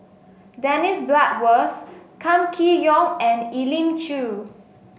Dennis Bloodworth Kam Kee Yong and Elim Chew